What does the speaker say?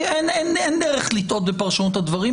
אין דרך לטעות בפרשנות הדברים.